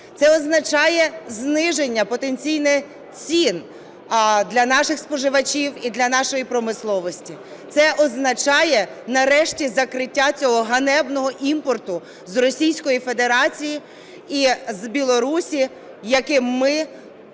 Це означає зниження потенційне цін для наших споживачів і для нашої промисловості. Це означає нарешті закриття цього ганебного імпорту з Російської Федерації і з Білорусі, яким ми порушуємо…